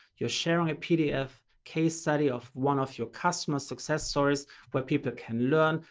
you're sharing a pdf case study of one of your customer success stories where people can learn,